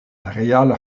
reala